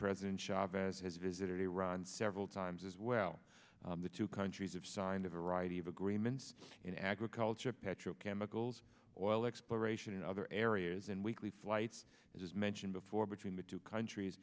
president chavez has visited iran several times as well the two countries have signed a variety of agreements in agriculture petrochemicals oil exploration and other areas and weekly flights as was mentioned before between the two countries